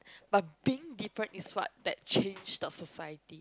but being different is what that change the society